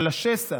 על השסע,